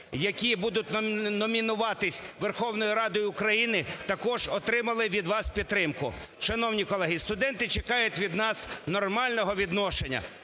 які будуть номінуватись Верховною Радою України, також отримали від вас підтримку. Шановні колеги, студенти чекають від нас нормального відношення.